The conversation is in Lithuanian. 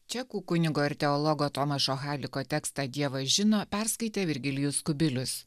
čekų kunigo ir teologo tomašo haliko tekstą dievas žino perskaitė virgilijus kubilius